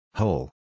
Whole